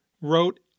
wrote